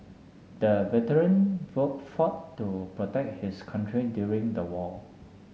the veteran to protect his country during the war